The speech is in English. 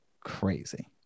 crazy